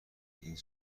این